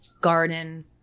garden